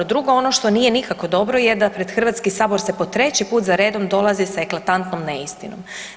Drugo, ono što nije nikako dobro je da pred Hrvatski sabor se po trći put zaredom dolazi sa eklatantnom neistinom.